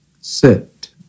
sit